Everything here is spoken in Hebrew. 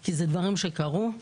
כי אלה דברים שקרו.